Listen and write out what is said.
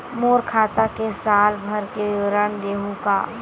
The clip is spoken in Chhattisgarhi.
मोर खाता के साल भर के विवरण देहू का?